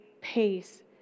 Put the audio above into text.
pace